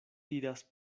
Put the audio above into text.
diras